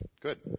Good